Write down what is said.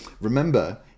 Remember